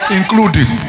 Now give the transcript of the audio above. including